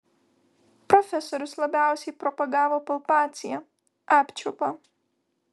profesorius labiausiai propagavo palpaciją apčiuopą